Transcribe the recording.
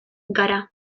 gara